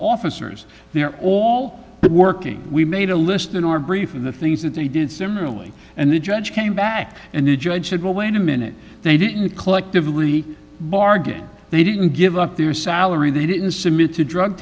officers they're all working we made a list in our brief of the things that they did similarly and the judge came back and the judge said well wait a minute they didn't collectively bargain they didn't give up their salary they didn't submit to drug